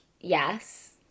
yes